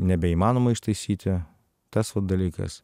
nebeįmanoma ištaisyti tas vat dalykas